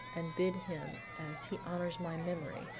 and bid him as he honors my memory,